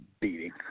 beating